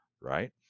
right